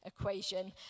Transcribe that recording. equation